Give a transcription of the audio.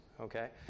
okay